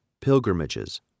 pilgrimages